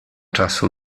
czasu